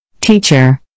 Teacher